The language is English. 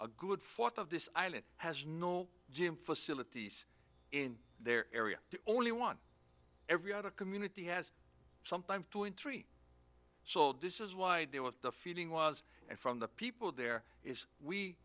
a good fourth of this island has no gym facilities in their area only one every other community has sometimes two in three so this is why they want the feeling was and from the people there is we